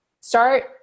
Start